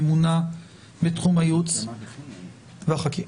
הממונה בתחום הייעוץ והחקיקה.